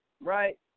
right